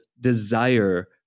desire